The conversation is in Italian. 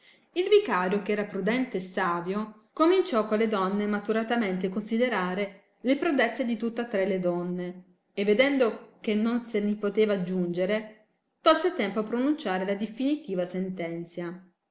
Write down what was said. il vicario che era prudente e savio cominciò con le donne maturatamente considerare le prodezze di tutta tre le donne e vedendo che non se ni poteva aggiungere tolse tempo a pronunciare la diffinitiva sentenzia